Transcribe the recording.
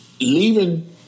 leaving